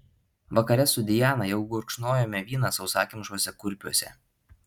vakare su diana jau gurkšnojome vyną sausakimšuose kurpiuose